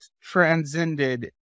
transcended